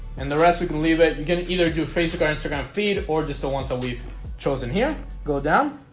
and the rest we can leave it. you can either do face cards they're gonna feed or just the ones a we've chosen here go down